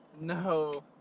no